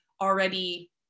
already